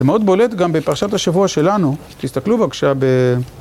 זה מאוד בולט גם בפרשת השבוע שלנו. תסתכלו בבקשה ב,